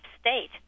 state